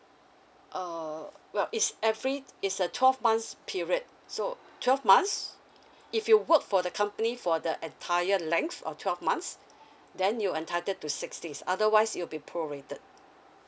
uh well it's every it's a twelve months period so twelve months if you work for the company for the entire length of twelve months then you entitled to six days otherwise it'll be prorated